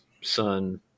son